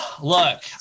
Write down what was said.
Look